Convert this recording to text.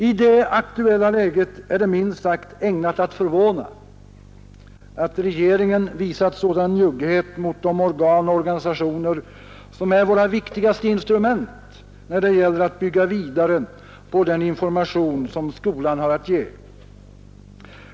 I det aktuella läget är det minst sagt ägnat att förvåna att regeringen visat sådan njugghet mot de organ och organisationer, som är våra viktigaste instrument, när det gäller att bygga vidare på den information, som skolan har att ge.